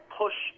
push